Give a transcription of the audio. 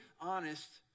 honest